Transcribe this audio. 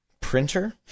Printer